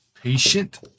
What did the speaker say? patient